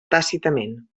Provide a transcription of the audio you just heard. tàcitament